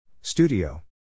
Studio